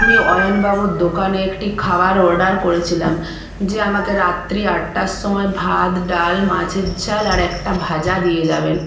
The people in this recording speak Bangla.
আমি অয়ন বাবুর দোকানে একটি খাবার অর্ডার করেছিলাম যে আমাকে রাত্রি আটটার সময় ভাত ডাল মাছের ঝাল আর একটা ভাজা দিয়ে যাবেন